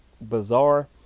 bizarre